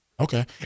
Okay